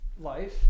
life